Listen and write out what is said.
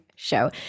show